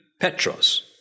Petros